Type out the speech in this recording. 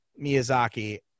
Miyazaki